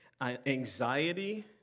anxiety